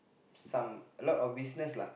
some a lot of business lah